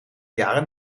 jaren